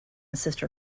sister